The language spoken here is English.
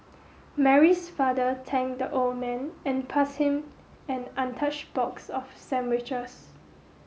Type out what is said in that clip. Mary's father thanked the old man and passed him an untouched box of sandwiches